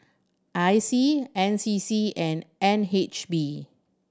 I C N C C and N H B